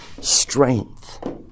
strength